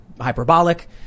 hyperbolic